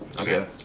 Okay